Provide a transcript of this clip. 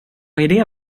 idé